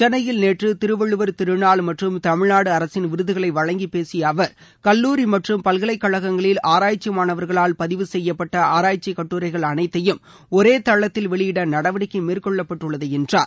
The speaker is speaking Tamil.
சென்னையில் நேற்று திருவள்ளுவர் திருநாள் மற்றும் தமிழ்நாடு அரசின் விருதுகளை வழங்கிப் பேசிய அவர் கல்லூரி மற்றும் பல்கலைக்கழகங்களில் ஆராய்ச்சி மாணவர்களால் பதிவு செய்யப்பட்ட ஆராய்ச்சிக் கட்டுரைகள் அனைத்தையும் ஒரே தளத்தில் வெளியிட நடவடிக்கை மேற்கொள்ளப்பட்டுள்ளது என்றார்